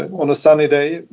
on a sunny day,